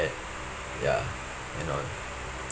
ya and all